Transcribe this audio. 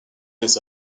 des